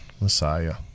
Messiah